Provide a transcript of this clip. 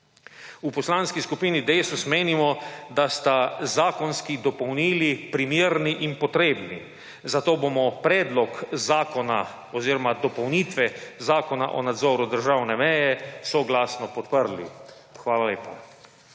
V Poslanski skupini Desus menimo, da sta zakonski dopolnili primerni in potrebni, zato bomo predlog zakona oziroma dopolnitve Zakona o nadzoru državne meje soglasno podprli. Hvala lepa.